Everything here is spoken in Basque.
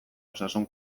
osasun